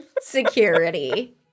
security